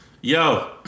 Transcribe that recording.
Yo